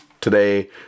today